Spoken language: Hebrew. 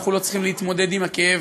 אנחנו לא צריכים להתמודד עם הכאב,